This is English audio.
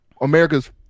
America's